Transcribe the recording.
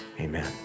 Amen